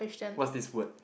what's this word